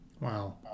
Wow